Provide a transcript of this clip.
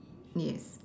yes